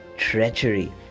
treachery